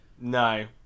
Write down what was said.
No